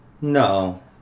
no